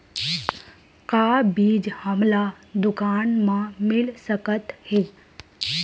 का बीज हमला दुकान म मिल सकत हे?